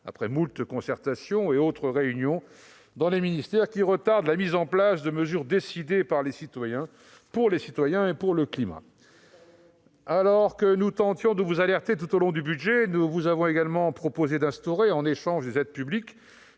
après moult concertations et autres réunions dans les ministères qui retardent la mise en place de mesures décidées par les citoyens, pour les citoyens et pour le climat. C'est le Parlement qui décide ! Alors que nous tentions de vous alerter tout au long du budget, nous vous avons également proposé d'instaurer en échange des aides publiques